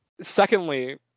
Secondly